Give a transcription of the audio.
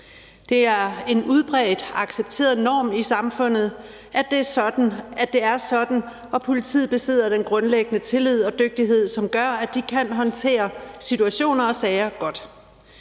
Det er en udbredt accepteret norm i samfundet, at det er sådan, og at politiet vækker den grundlæggende tillid og besidder den dygtighed, som gør, at de kan håndtere situationer og sager godt.